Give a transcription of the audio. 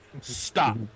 Stop